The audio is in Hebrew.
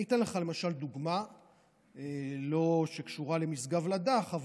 אני אתן לך דוגמה שלא קשורה למשגב לדך,